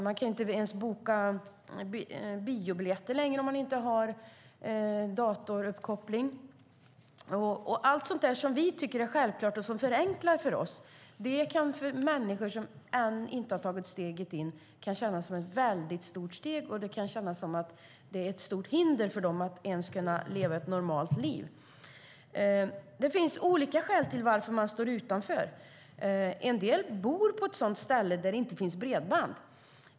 Man kan inte ens boka biobiljetter längre om man inte har datauppkoppling. Allt som vi tycker är självklart och som förenklar för oss kan för människor som ännu inte tagit steget in kännas som ett väldigt stort steg och ett hinder för att kunna leva ett normalt liv. Det finns olika skäl till att man står utanför. En del bor där det inte finns bredband.